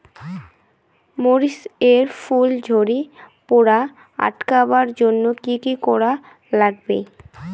মরিচ এর ফুল ঝড়ি পড়া আটকাবার জইন্যে কি কি করা লাগবে?